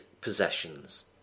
possessions